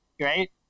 right